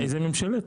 איזה ממשלת?